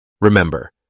Remember